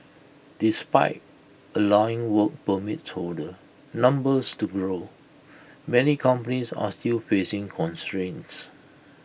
despite allowing work permits holder numbers to grow many companies are still facing constraints